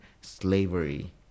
slavery